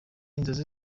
inzozi